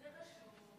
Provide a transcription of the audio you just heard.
זה רשום.